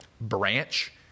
Branch